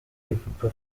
ipupa